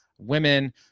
women